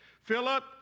Philip